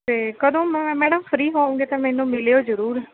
ਅਤੇ ਕਦੋਂ ਮੈ ਮੈਡਮ ਫਰੀ ਹੋਊਗੇ ਤਾਂ ਮੈਨੂੰ ਮਿਲਿਓ ਜ਼ਰੂਰ